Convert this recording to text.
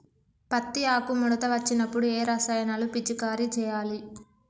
పత్తి ఆకు ముడత వచ్చినప్పుడు ఏ రసాయనాలు పిచికారీ చేయాలి?